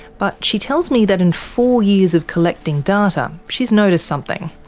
but she tells me that in four years of collecting data, she's noticed something.